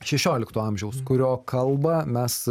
šešiolikto amžiaus kurio kalbą mes